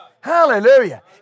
Hallelujah